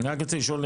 אני רק רוצה לשאול.